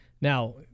Now